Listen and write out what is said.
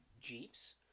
Jeeps